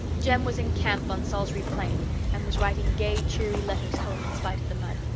jem was in camp on salisbury plain and was writing gay, cheery letters home in spite of the mud.